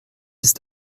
ist